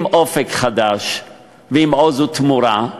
עם "אופק חדש" ועם "עוז לתמורה"